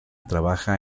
trabajaba